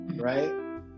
right